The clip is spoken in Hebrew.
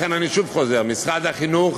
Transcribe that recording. לכן אני חוזר: משרד החינוך,